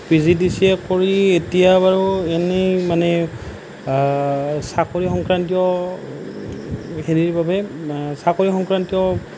PGDCA কৰি এতিয়া বাৰু এনেই মানে চাকৰি সংক্ৰান্তীয় হেৰিৰ বাবে চাকৰি সংক্ৰান্তীয়